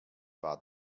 war